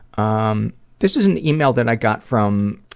um this is an email that i got from